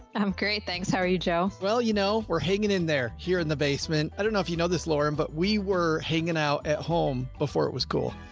i'm great, thanks. how are you joe? well, you know, we're hanging in there, here in the basement. i don't know if you know this, lauren, but we were hanging out at home before. it was cool.